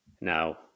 Now